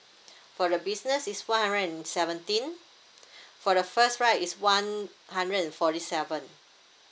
for the business is one hundred and seventeen for the first right is one hundred and forty seven